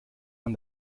man